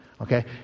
Okay